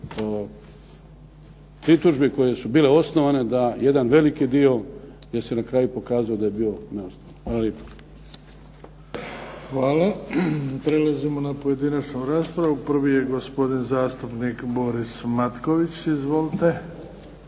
pritužbi koje su bile osnovane da jedan veliki dio je se na kraju pokazao da je bio neosnovan. Hvala lijepo. **Bebić, Luka (HDZ)** Hvala. Prelazimo na pojedinačnu raspravu. Prvi je gospodin zastupnik Boris Matković. Izvolite.